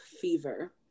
fever